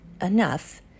enough